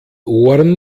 ohren